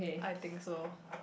I think so